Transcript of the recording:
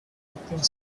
dipping